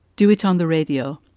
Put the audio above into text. do it on the radio.